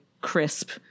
crisp